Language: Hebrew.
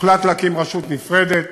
הוחלט להקים רשות נפרדת,